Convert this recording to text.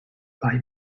bye